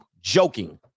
joking